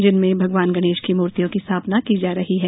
जिनमें भगवान गणेश की मूर्तियों की स्थापना की जा रही है